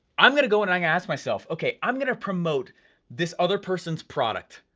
i'm gonna go and i'm gonna ask myself, okay, i'm gonna promote this other person's product,